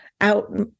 out